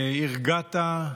הרגעת,